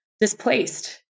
displaced